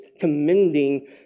commending